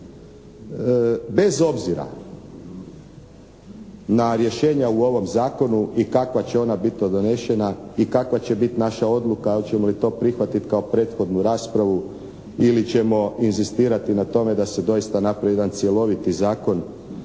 Bez obzira na rješenja u ovom Zakonu i kakva će ona biti to donešena i kakva će biti naša odluka, hoćemo li to prihvatiti kao prethodnu raspravu ili ćemo inzistirati na tome da se doista napravi jedan cjeloviti zakon,